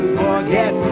forget